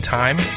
time